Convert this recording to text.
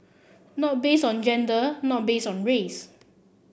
not based on gender not based on race